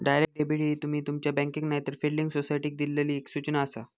direct debit ही तुमी तुमच्या बँकेक नायतर बिल्डिंग सोसायटीक दिल्लली एक सूचना आसा